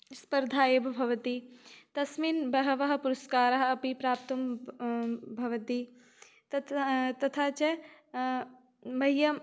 स्पर्धा एव भवति तस्मिन् बहवः पुरस्काराः अपि प्राप्तुं भवति तत् तथा च मह्यं